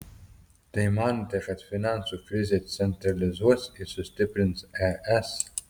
tai manote kad finansų krizė centralizuos ir sustiprins es